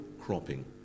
cropping